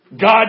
God